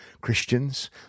Christians